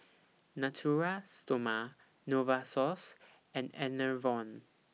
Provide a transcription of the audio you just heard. Natura Stoma Novosource and Enervon